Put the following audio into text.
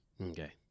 Okay